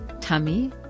tummy